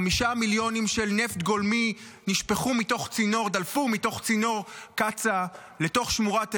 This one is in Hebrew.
מיליונים של נפט גולמי דלפו מתוך צינור קצא"א לתוך שמורת עברונה,